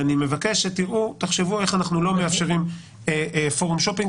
אני מבקש שתחשבו איך אנחנו לא מאפשרים פורום שופינג,